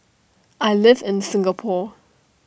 I live in Singapore